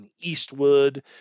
Eastwood